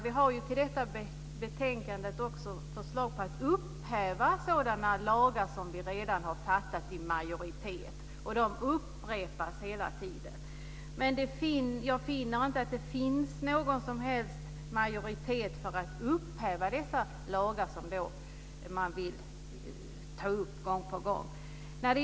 I betänkandet behandlas också förslag om upphävande av vissa lagar som en majoritet redan har beslutat om. Det är förslag som hela tiden upprepas. Jag ser inte att det finns någon majoritet för att upphäva de lagar som man här gång på gång tar upp.